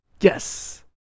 Yes